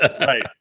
Right